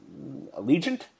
Allegiant